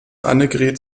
annegret